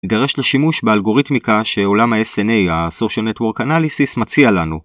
יידרש לשימוש באלגוריתמיקה שעולם ה-SNA, ה-Social Network Analysis, מציע לנו.